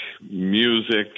music